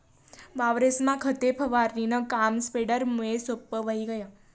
वावरेस्मा खते फवारणीनं काम स्प्रेडरमुये सोप्पं व्हयी गय